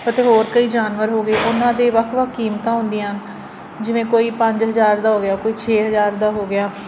ਅਤੇ ਹੋਰ ਕਈ ਜਾਨਵਰ ਹੋ ਗਏ ਉਹਨਾਂ ਦੇ ਵੱਖ ਵੱਖ ਕੀਮਤਾਂ ਹੁੰਦੀਆਂ ਜਿਵੇਂ ਕੋਈ ਪੰਜ ਹਜ਼ਾਰ ਦਾ ਹੋ ਗਿਆ ਕੋਈ ਛੇ ਹਜ਼ਾਰ ਦਾ ਹੋ ਗਿਆ